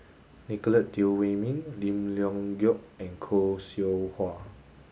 Nicolette Teo Wei Min Lim Leong Geok and Khoo Seow Hwa